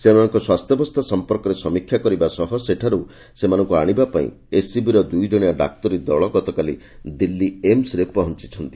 ସେମାନଙ୍କ ସ୍ୱାସ୍ଥ୍ୟାବସ୍ଥା ସମ୍ମର୍କରେ ସମୀକ୍ଷା କରିବା ସହ ସେଠାରୁ ସେମାନଙ୍କୁ ଆଶିବା ପାଇଁ ଏସ୍ସିବିର ଦୁଇ ଜଶିଆ ଡାକ୍ତରୀ ଦଳ ଗତକାଲି ଦିଲ୍ଲୀରେ ଏମସ୍ରେ ପହଞିଛନ୍ତି